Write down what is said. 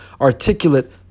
articulate